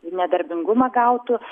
nedarbingumą gautų